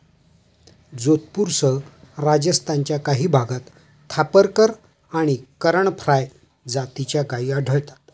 जोधपूरसह राजस्थानच्या काही भागात थापरकर आणि करण फ्राय जातीच्या गायी आढळतात